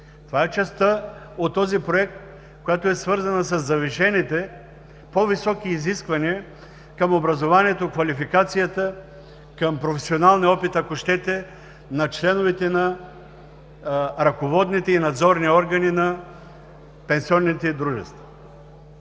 Това е частта от този проект, която е свързана със завишените, по-високи изисквания към образованието, квалификацията, ако щете към професионалния опит на членовете на ръководните и надзорни органи на пенсионните дружества.